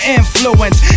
influence